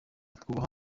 twubaha